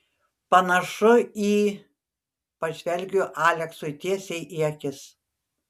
panašu į pažvelgiu aleksui tiesiai į akis